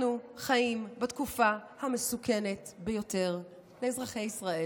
אנחנו חיים בתקופה המסוכנת ביותר לאזרחי ישראל,